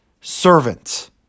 servant